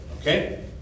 okay